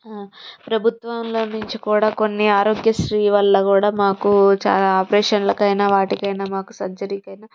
ప్రభుత్వంలో నుంచి కూడా కొన్ని ఆరోగ్యశ్రీ వల్ల కూడా మాకు చాలా ఆపరేషన్లకైనా వాటికైనా మాకు సర్జరీకైనా